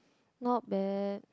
not bad